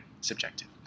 subjective